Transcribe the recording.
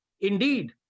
Indeed